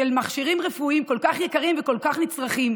של מכשירים רפואיים כל כך יקרים וכל כך נצרכים,